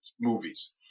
movies